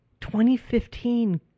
2015